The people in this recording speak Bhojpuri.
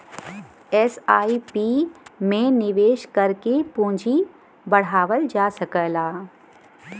एस.आई.पी में निवेश करके पूंजी बढ़ावल जा सकला